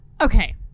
Okay